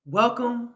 welcome